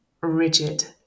rigid